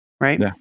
right